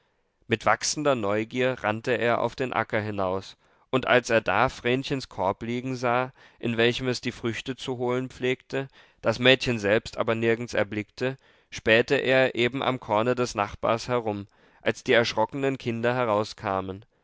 mit wachsender neugier rannte er auf den acker hinaus und als er da vrenchens korb liegen sah in welchem es die früchte zu holen pflegte das mädchen selbst aber nirgends erblickte spähte er eben am korne des nachbars herum als die erschrockenen kinder herauskamen